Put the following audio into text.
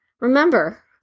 Remember